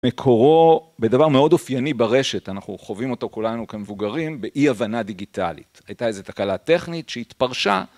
מקורו, בדבר מאוד אופייני ברשת, אנחנו חווים אותו כולנו כמבוגרים, באי הבנה דיגיטלית, הייתה איזו תקלה טכנית שהתפרשה.